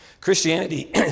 Christianity